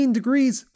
degrees